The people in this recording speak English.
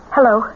Hello